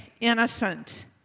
innocent